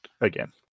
again